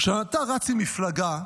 כשאתה רץ עם מפלגה,